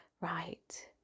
Right